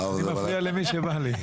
אני מפריע למי שבא לי.